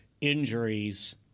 injuries